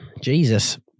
Jesus